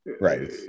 Right